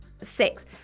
six